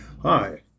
Hi